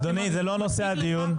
אדוני, זה לא נושא הדיון.